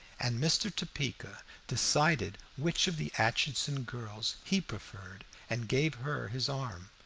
and mr. topeka decided which of the aitchison girls he preferred, and gave her his arm,